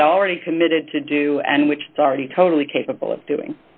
had already committed to do and which started totally capable of doing